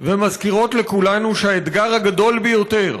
ומזכירות לכולנו שהאתגר הגדול ביותר,